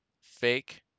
fake